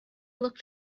looked